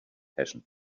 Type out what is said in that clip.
passion